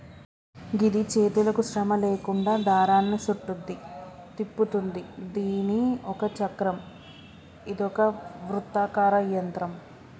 గిది చేతులకు శ్రమ లేకుండా దారాన్ని సుట్టుద్ది, తిప్పుతుంది దీని ఒక చక్రం ఇదొక వృత్తాకార యంత్రం